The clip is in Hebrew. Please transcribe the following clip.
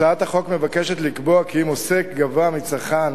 הצעת החוק מבקשת לקבוע כי אם עוסק גבה מצרכן